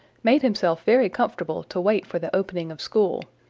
made himself very comfortable to wait for the opening of school.